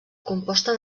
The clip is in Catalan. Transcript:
composta